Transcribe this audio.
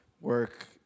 work